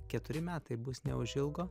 keturi metai bus neužilgo